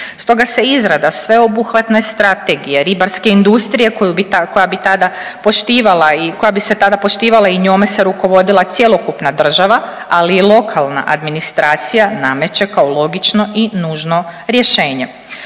Stoga se izrade sveobuhvatne strategije ribarske industrije koja bi tada poštivala i, koja bi se tada poštivala i njome se rukovodila cjelokupna država ali i lokalna administracija nameće kao logično i nužno rješenje.